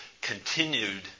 continued –